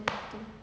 to